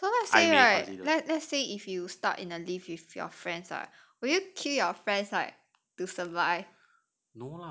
so let's say right let let's say if you stuck in a lift with your friends right will you kill your friends like to survive